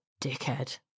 dickhead